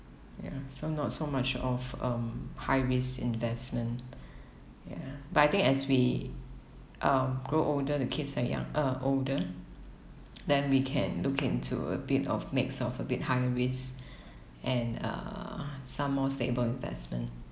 ya so not so much of um high risk investment ya but I think as we um grow older the kids are young uh older then we can look into a bit of mix of a bit higher risk and uh some more stable investment